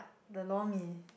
the lor-mee